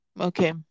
Okay